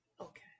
okay